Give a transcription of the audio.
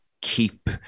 keep